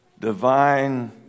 Divine